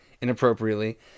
inappropriately